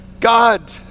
God